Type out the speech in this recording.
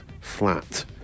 flat